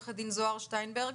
עורכת דין זהר שטיינברג